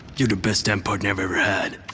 you're the best damn partner i've ever had.